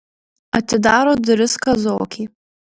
atidaro duris kazokė